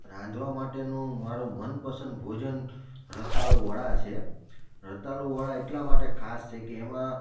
રાંધવા માટેનું મારુ મનપસંદ ભોજન રતાળું વડા છે રતાળું વડા એટલા માટે ખાસ છે કે એમાં